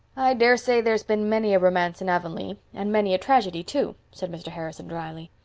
daresay there's been many a romance in avonlea and many a tragedy, too, said mr. harrison drily.